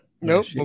Nope